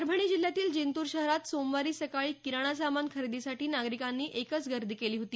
परभणी जिल्ह्यातील जिंतूर शहरात सोमवारी सकाळी किराणा सामान खरेदीसाठी नागरिकांनी एकच गर्दी केली होती